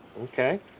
Okay